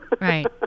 right